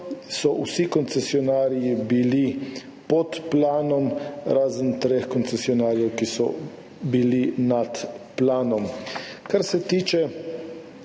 vsi koncesionarji pod planom, razen treh koncesionarjev, ki so bili nad planom. Kar se tiče